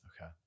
Okay